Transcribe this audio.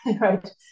right